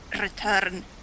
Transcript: return